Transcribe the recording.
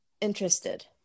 interested